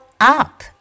up